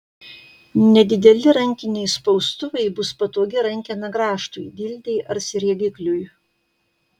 nedideli rankiniai spaustuvai bus patogi rankena grąžtui dildei ar sriegikliui